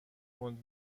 تند